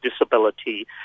disability